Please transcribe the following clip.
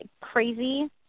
crazy